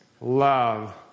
love